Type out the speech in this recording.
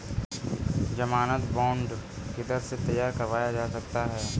ज़मानत बॉन्ड किधर से तैयार करवाया जा सकता है?